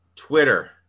Twitter